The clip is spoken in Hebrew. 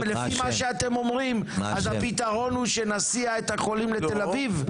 וגם לפי מה שאתם אומרים אז הפתרון הוא שנסיע את החולים לתל אביב?